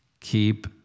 Keep